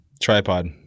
tripod